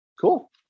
Cool